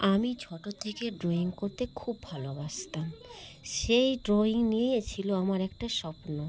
আমি ছোটো থেকে ড্রয়িং করতে খুব ভালোবাসতাম সেই ড্রয়িং নিয়েছিলো আমার একটা স্বপ্ন